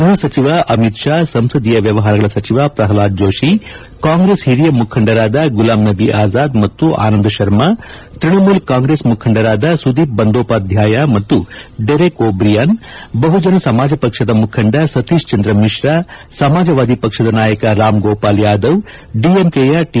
ಗ್ಬಹ ಸಚಿವ ಅಮಿತ್ ಶಾ ಸಂಸದೀಯ ವ್ಯವಹಾರಗಳ ಸಚಿವ ಪ್ರಹ್ಲಾದ್ ಜೋಶಿ ಕಾಂಗ್ರೆಸ್ ಹಿರಿಯ ಮುಖಂಡರಾದ ಗುಲಾಂ ನಬೀ ಆಜಾದ್ ಮತ್ತು ಆನಂದ ಶರ್ಮಾ ತ್ವಣಮೂಲ ಕಾಂಗ್ರೆಸ್ ಮುಖಂಡರಾದ ಸುದೀಪ್ ಬಂಡೋಪಾಧ್ಯಾಯ ಮತ್ತು ಡೆರೆಕ್ ಓಬ್ರಿಯನ್ ಬಹುಜನ ಸಮಾಜ ಪಕ್ಷದ ಮುಖಂದ ಸತೀಶ್ ಚಂದ್ರ ಮಿಶ್ರಾ ಸಮಾಜವಾದಿ ಪಕ್ಷದ ನಾಯಕ ರಾಮ್ ಗೋಪಾಲ್ ಯಾದವ್ ದಿಎಂಕೆಯ ಟಿ